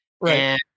right